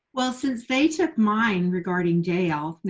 well, since they took mine regarding dale. no,